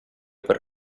per